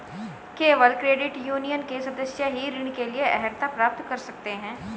केवल credit union के सदस्य ही ऋण के लिए अर्हता प्राप्त कर सकते हैं